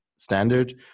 Standard